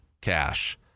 cash